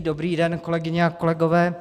Dobrý den, kolegyně, kolegové.